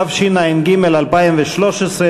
התשע"ג 2013,